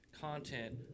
content